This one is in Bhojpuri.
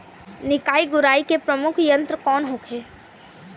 निकाई गुराई के प्रमुख यंत्र कौन होखे?